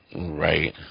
Right